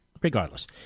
regardless